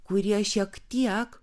kurie šiek tiek